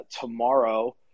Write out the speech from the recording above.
Tomorrow